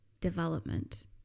development